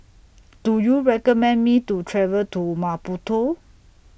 Do YOU recommend Me to travel to Maputo